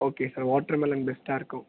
okay sir watermelon பெஸ்ட்டாக இருக்கும்